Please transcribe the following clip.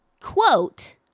quote